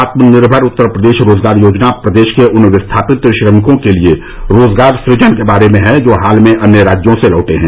आत्मनिर्भर उत्तर प्रदेश रोजगार योजना प्रदेश के उन विस्थापित श्रमिकों के लिए रोजगार सृजन के बारे में है जो हाल में अन्य राज्यों से लौटे हैं